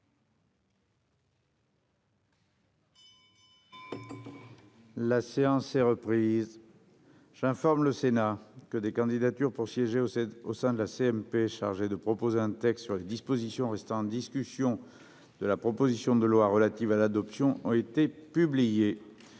La séance est reprise. J'informe le Sénat que des candidatures pour siéger au sein de la commission mixte paritaire chargée d'élaborer un texte sur les dispositions restant en discussion de la proposition de loi relative à l'adoption ont été publiées.